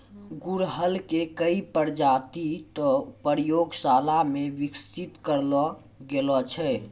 गुड़हल के कई प्रजाति तॅ प्रयोगशाला मॅ विकसित करलो गेलो छै